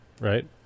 right